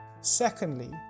Secondly